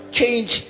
change